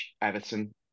Everton